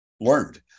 learned